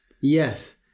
Yes